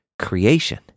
creation